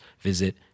visit